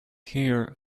hear